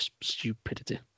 stupidity